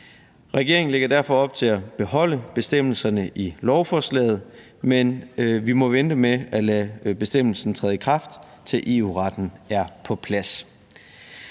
Regeringen lægger derfor op til at beholde bestemmelserne i lovforslaget, men vi må vente med at lade bestemmelsen træde i kraft, til EU-retten er på plads.